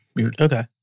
okay